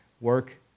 work